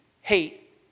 hate